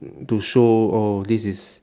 to show oh this is